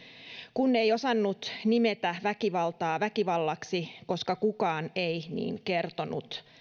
kun ei osannut nimetä väkivaltaa väkivallaksi koska kukaan ei niin kertonut niin